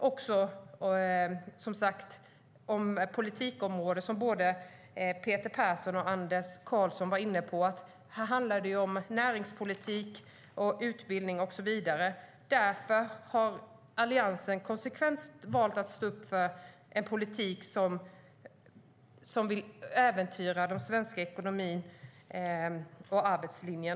Detta berör ju fler politikområden - som både Peter Persson och Anders Karlsson var inne på. Det handlar om näringspolitik, utbildning och så vidare. Därför har Alliansen konsekvent valt att stå upp för en politik som inte äventyrar den svenska ekonomin och arbetslinjen.